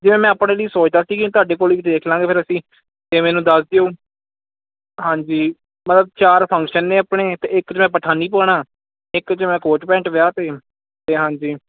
ਜੇ ਮੈਂ ਆਪਣੇ ਲਈ ਸੋਚਦਾ ਸੀ ਕਿ ਤੁਹਾਡੇ ਕੋਲ ਹੀ ਦੇਖਲਾਂਗੇ ਫਿਰ ਅਸੀਂ ਅਤੇ ਮੈਨੂੰ ਦੱਸ ਦਿਓ ਹਾਂਜੀ ਮਤਲਬ ਚਾਰ ਫੰਕਸ਼ਨ ਨੇ ਆਪਣੇ ਤੇਅ ਇੱਕ 'ਚ ਮੈਂ ਪਠਾਨੀ ਪਾਉਣਾ ਅਤੇ ਇੱਕ 'ਚ ਮੈਂ ਕੋਟ ਪੈਂਟ ਵਿਆਹ 'ਤੇ ਅਤੇ ਹਾਂਜੀ